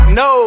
no